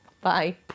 Bye